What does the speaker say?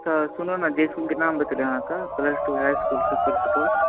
तऽ सुनु ने जे इसकुलके नाम बतेलहुँ अहाँके plus two high school Sukhpur Supaul